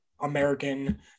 American